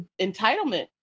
entitlement